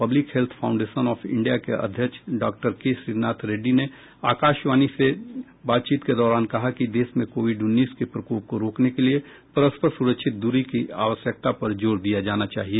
public health foundation of India के अध्यक्ष doctor K Srinath Reddy ने आकाशवाणी से बातचीत के दौरान कहा कि देश में कोविड़ उन्नीस के प्रकोप को रोकने के लिए परस्पर सुरक्षित दूरी की आवश्यकता पर जोर दिया जाना चाहिए